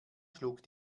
schlug